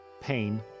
pain